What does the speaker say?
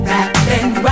Rapping